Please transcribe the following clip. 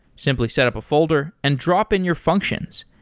simply set up a folder and drop in your functions.